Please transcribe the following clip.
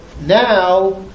now